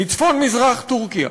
מצפון-מזרח טורקיה,